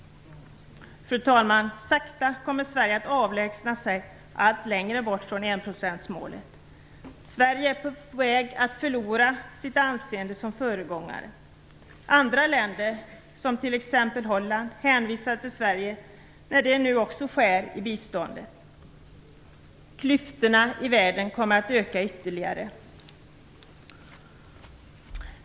Fru talman! Sakta kommer Sverige att driva allt längre bort från enprocentsmålet. Sverige är på väg att förlora sitt anseende som föregångare. Andra länder, t.ex. Holland, hänvisar till Sverige när de nu också skär i biståndet. Klyftorna i världen kommer att öka ytterligare.